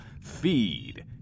feed